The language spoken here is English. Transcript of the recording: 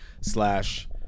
slash